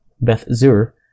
Beth-Zur